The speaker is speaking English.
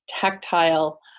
tactile